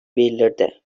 bildirdi